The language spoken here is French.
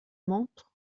montre